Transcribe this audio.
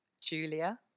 Julia